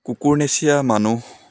কুকুৰনেচীয়া মানুহ